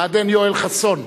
"בעדין" יואל חסון.